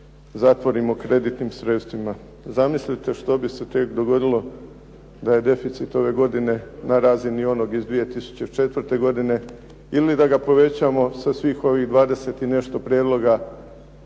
zatvorimo kreditnim sredstvima. Zamislite što bi se tek dogodilo da je deficit ove godine na razini onog iz 2004. godine ili da ga povećamo sa svih ovih 20 i nešto prijedloga